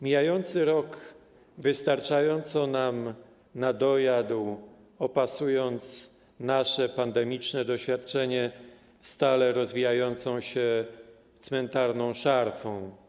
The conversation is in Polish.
Mijający rok wystarczająco nam nadojadł, opasując nasze pandemiczne doświadczenie stale rozwijającą się cmentarną szarfą.